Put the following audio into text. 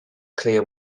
clear